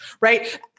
Right